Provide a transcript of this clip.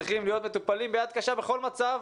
צריכים להיות מטופלים ביד קשה בכל מצב.